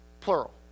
plural